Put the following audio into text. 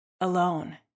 alone